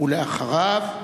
אחריו,